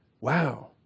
Wow